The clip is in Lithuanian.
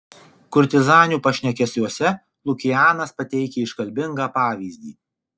kurtizanių pašnekesiuose lukianas pateikia iškalbingą pavyzdį